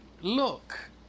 look